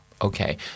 Okay